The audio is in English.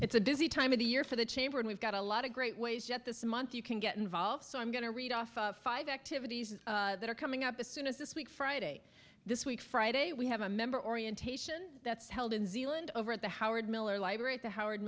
it's a busy time of the year for the chamber and we've got a lot of great ways yet this month you can get involved so i'm going to read off five activities that are coming up as soon as this week friday this week friday we have a member orientation that's held in zealand over at the howard miller library at the howard